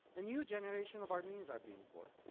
a new generation of armenians are being born.